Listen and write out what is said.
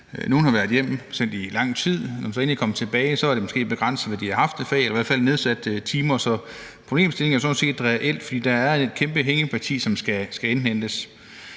Nogle har været hjemsendt i lang tid, og når de så endelig er kommet tilbage, har det måske været begrænset, hvad de har haft af fag, eller de har i hvert fald haft et nedsat timeantal, så problemstillingen er jo sådan set reel, fordi der er et kæmpe hængeparti, som skal indhentes.